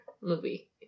movie